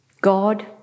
God